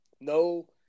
no